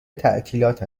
تعطیلات